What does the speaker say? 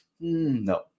no